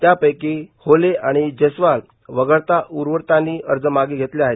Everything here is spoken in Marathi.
त्यापैकी होले आणि जयस्वाल वगळता पूर्वतांनी अर्ज मागं घेतले आहेत